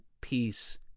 peace